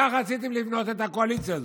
כך רציתם לבנות את הקואליציה הזו,